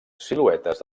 siluetes